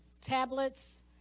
Tablets